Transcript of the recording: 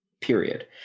period